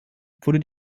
wurde